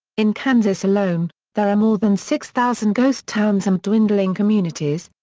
in kansas alone, there are more than six thousand ghost towns and dwindling communities,